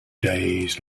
days